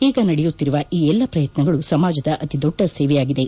ಈಗ ನಡೆಯುತ್ತಿರುವ ಈ ಎಲ್ಲ ಪ್ರಯತ್ನಗಳು ಸಮಾಜದ ಅತಿ ದೊಡ್ಡ ಸೇವೆಯಾಗಿದೆ